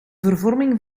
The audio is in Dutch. vervorming